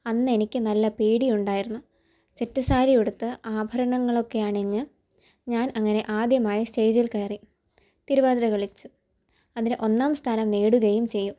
അന്ന് എനിക്ക് നല്ല പേടി ഉണ്ടായിരുന്നു സെറ്റ് സാരി ഉടുത്ത് ആഭരണങ്ങളൊക്കെ അണിഞ്ഞ് ഞാൻ അങ്ങനെ ആദ്യമായി സ്റ്റേജിൽ കയറി തിരുവാതിര കളിച്ചു അതിൽ ഒന്നാം സ്ഥാനം നേടുകയും ചെയ്യും